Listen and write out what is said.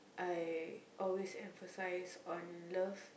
I always empathise on love